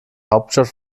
hauptstadt